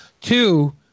Two